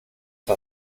war